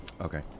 Okay